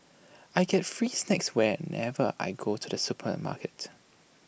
I get free snacks whenever I go to the supermarket